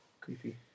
creepy